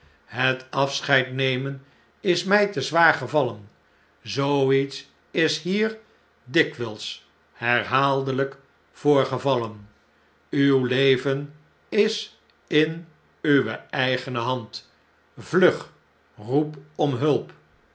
het afscheid nemen is mh te zwaar gevallen zoo iets is hier dikwh'ls herhaaldeln'k voorgevallen uw leven is inuweeigene hand vlug roep om hulp